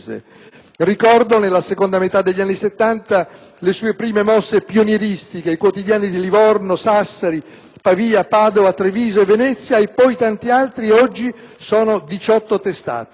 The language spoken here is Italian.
Ricordo, nella seconda metà degli anni Settanta, le sue prime mosse pionieristiche e i quotidiani di Livorno, Sassari, Pavia, Padova, Treviso, Venezia e poi tanti altri. Oggi sono 18 testate.